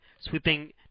sweeping